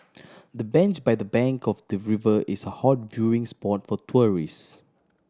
the bench by the bank of the river is a hot viewing spot for tourists